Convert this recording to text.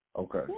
okay